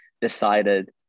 decided